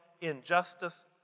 injustice